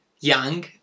young